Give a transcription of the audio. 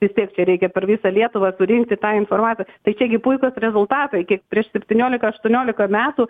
vis tiek čia reikia per visą lietuvą surinkti tą informaciją tai čia gi puikūs rezultatai prieš septyniolika aštuonolika metų